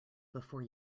before